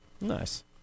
Nice